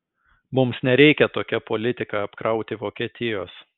mums nereikia tokia politika apkrauti vokietijos